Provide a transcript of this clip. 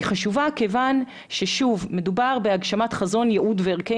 היא חשובה כיוון שמדובר בהגשמת חזון ייעוד וערכי